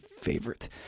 favorite